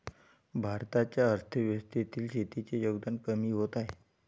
भारताच्या अर्थव्यवस्थेतील शेतीचे योगदान कमी होत आहे